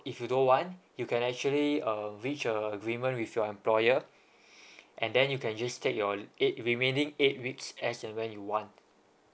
if you don't want you can actually uh reach a agreement with your employer and then you can just take your eight remaining eight weeks as in when you want